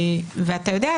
אתה יודע,